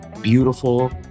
beautiful